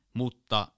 mutta